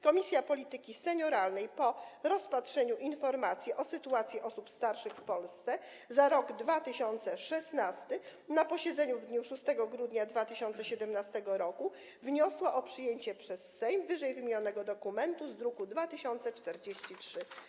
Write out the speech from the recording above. Komisja Polityki Senioralnej po rozpatrzeniu informacji o sytuacji osób starszych w Polsce za rok 2016 na posiedzeniu w dniu 6 grudnia 2017 r. wniosła o przyjęcie przez Sejm ww. dokumentu z druku nr 2043.